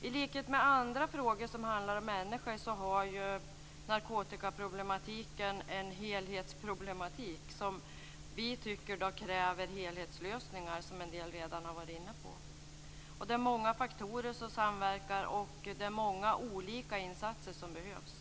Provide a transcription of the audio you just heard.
I likhet med andra frågor som handlar om människor innebär narkotikaproblematiken en helhet som vi tycker kräver helhetslösningar, vilket några redan har varit inne på. Det är många faktorer som samverkar, och det är många olika insatser som behövs.